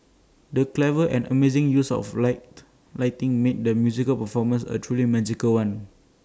the clever and amazing use of lighting made the musical performance A truly magical one